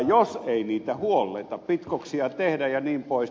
jos ei niitä huolleta pitkoksia tehdä jnp